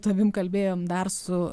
tavim kalbėjom dar su